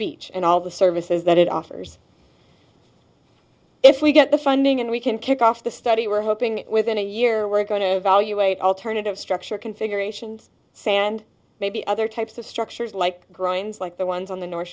beach and all the services that it offers if we get the funding and we can kick off the study we're hoping within a year we're going to valuate alternative structure configurations sand maybe other types of structures like grinds like the ones on the north